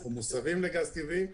אנחנו מוסבים לגז טבעי,